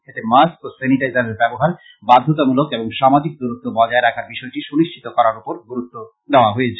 এতে মাস্ক ও সেনিটাইজারের ব্যবহার বাধ্যতামূলক এবং সামাজিক দূরত্ত বজায় রাখার বিষয়টি সুনিশ্চিত করার ওপর গুরুতু দেওয়া হয়েছে